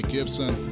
Gibson